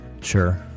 sure